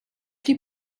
die